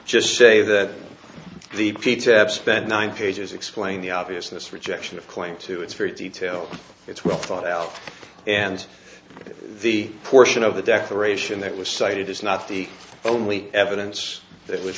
just say that the key tab spent nine pages explain the obviousness rejection of claims to its very detail it's well thought out and the portion of the declaration that was cited is not the only evidence that was